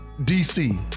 DC